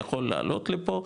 יכול לעלות לפה,